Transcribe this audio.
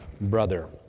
brother